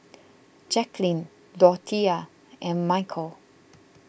Jacklyn Dorthea and Michel